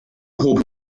hob